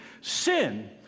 sin